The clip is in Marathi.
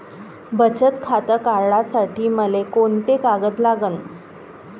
बचत खातं काढासाठी मले कोंते कागद लागन?